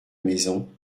maison